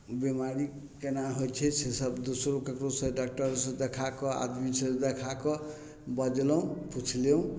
बीमारी केना होइ छै से सब दोसरो ककरोसँ डाक्टरोसँ देखाकऽ आदमीसँ देखाकऽ बजलहुँ पूछलहुँ